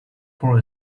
for